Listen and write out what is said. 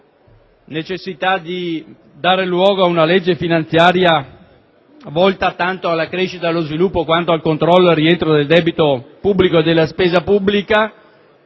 necessità di predisporre una legge finanziaria volta tanto alla crescita e allo sviluppo, quanto al controllo e al rientro del debito pubblico e della spesa pubblica,